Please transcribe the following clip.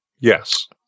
Yes